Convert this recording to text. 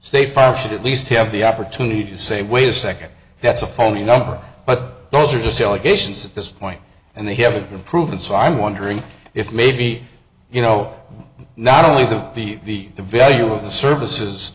file should at least have the opportunity to say wait a second that's a phony number but those are the celebrations at this point and they haven't been proven so i'm wondering if maybe you know not only the the the value of the services